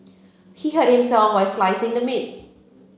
he hurt himself while slicing the meat